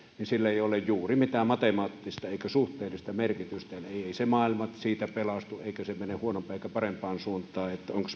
niin sillä ei ole juuri mitään matemaattista eikä suhteellista merkitystä eli ei se maailma siitä pelastu eikä mene huonompaan eikä parempaan suuntaan onko